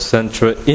Central